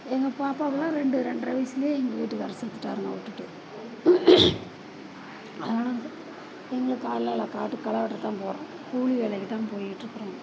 எங்கள் பாப்பாக்கெலாம் ரெண்டு ரெண்டர வயதுலேயே எங்கள் வீட்டுக்காரர் செத்துட்டாருங்க என்னை விட்டுட்டு அதனால் வந்து எங்களுக்கு காடெலாம் இல்லை காட்டுக்கு களை வெட்டத் தான் போகிறோம் கூலி வேலைக்கு தான் போயிகிட்டுருக்குறோம்